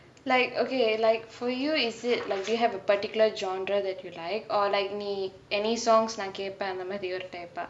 like okay like for you is it like do you have a particular genre that you like or like me any songs நா கேப்பே அந்த மாரி ஒரு:naa keppae antha maari oru type ஆ:aa